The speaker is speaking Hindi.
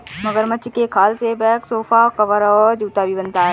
मगरमच्छ के खाल से बैग सोफा कवर और जूता भी बनता है